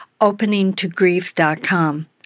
openingtogrief.com